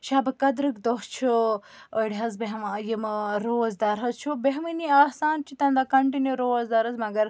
شبِ قدرٕکۍ دۄہ چھِ أڑۍ حظ بیٚہوان یِم ٲں روزدار حظ چھِ بیٚہوٲنی آسان چھِ تَمہِ دۄہ کَنٹِنیوٗ روزدار حظ مگر